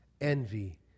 envy